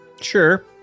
Sure